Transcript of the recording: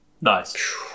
nice